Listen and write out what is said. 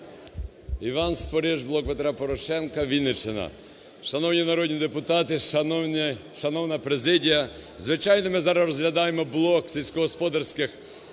Іван Спориш, "Блок Петра Порошенка", Вінниччина. Шановні народні депутати, шановна президія, звичайно, ми зараз розглядаємо блок сільськогосподарських